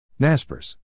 Naspers